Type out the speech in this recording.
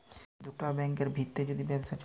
দুটা ব্যাংকের ভিত্রে যদি ব্যবসা চ্যলে